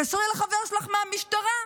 ותתקשרי לחבר שלך מהמשטרה,